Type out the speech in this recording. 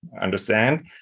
understand